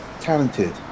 talented